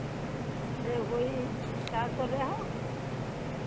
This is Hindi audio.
अरे ओही चार सौ लेहओ